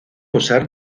usar